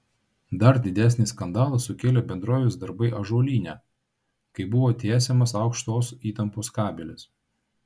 dar didesnį skandalą sukėlė bendrovės darbai ąžuolyne kai buvo tiesiamas aukštos įtampos kabelis